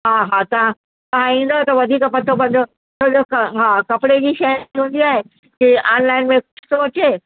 हा हा तव्हां तव्हां ईंदव त वधीक पतो पवंदो छो जो क हा कपिड़े जी शइ हूंदी आहे की आनलाइन में ॾिसणु अचे